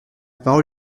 parole